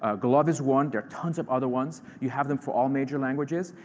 ah glove is one. there are tons of other ones. you have them for all major languages,